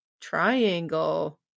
triangle